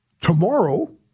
Tomorrow